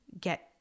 get